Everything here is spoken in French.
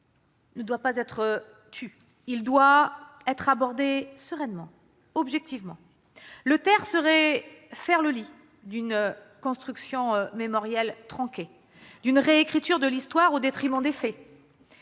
ne doit pas être tu. Il doit être abordé sereinement, objectivement. Le taire serait faire le lit d'une construction mémorielle tronquée, d'une réécriture de l'histoire au détriment des faits.